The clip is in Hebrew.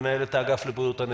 מנהלת האגף לבריאות הנפש.